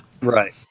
Right